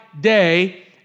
day